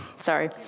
Sorry